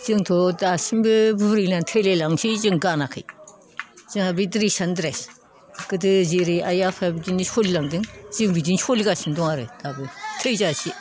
जोंथ' दासिमबो बुरैनानै थैलायलांनोसै जों गानाखै जोंहा बे ड्रेसआनो ड्रेस गोदो जेरै आइ आफाया बिदिनो सोलिलांदों जोंबो बिदिनो सोलिगासिनो दं आरो दाबो थैजासिम